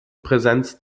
präsenz